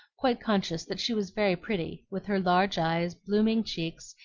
quite conscious that she was very pretty, with her large eyes, blooming cheeks,